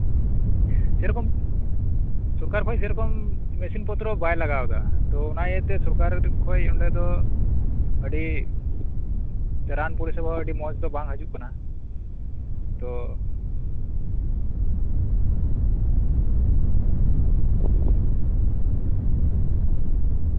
ᱥᱮᱨᱚᱠᱚᱢ ᱥᱚᱨᱠᱟᱨ ᱠᱷᱚᱡ ᱥᱮᱨᱚᱠᱚᱢ ᱢᱮᱥᱤᱱ ᱯᱚᱛᱛᱨᱚ ᱵᱟᱭ ᱞᱟᱜᱟᱣ ᱮᱫᱟ ᱛᱚ ᱚᱱᱟ ᱤᱭᱟᱹᱛᱮ ᱥᱚᱨᱠᱟᱨ ᱠᱷᱚᱡ ᱚᱸᱰᱮ ᱫᱚ ᱟᱹᱰᱤ ᱨᱟᱱ ᱯᱚᱨᱤᱥᱮᱵᱟ ᱫᱚ ᱟᱹᱰᱤ ᱢᱚᱸᱡᱽ ᱫᱚ ᱵᱟᱝ ᱦᱤᱡᱩᱜ ᱠᱟᱱᱟ ᱛᱚ